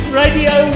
radio